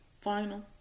final